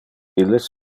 illes